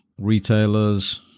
retailers